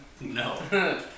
No